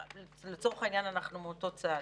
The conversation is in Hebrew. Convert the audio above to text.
לצורך העניין אנחנו מאותו צד.